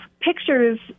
pictures